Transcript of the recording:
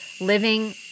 living